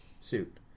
suit